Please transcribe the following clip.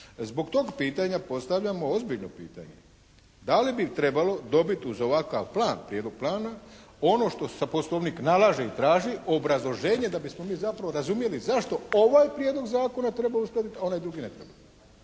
Zbog tog pitanja postavljamo ozbiljno pitanje. Da li bi trebalo dobiti uz ovakav plan, prijedlog plana, ono što Poslovnik nalaže i traži, obrazloženje da bismo mi zapravo razumjeli zašto ovaj prijedlog zakona treba uskladiti, a onaj drugi ne treba?